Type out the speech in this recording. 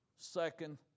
Second